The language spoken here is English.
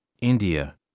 India